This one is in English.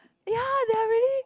ya very